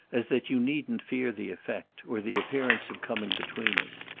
as that you needn't fear the effect, or the appearance of coming between us.